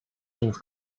things